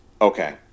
Okay